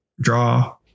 draw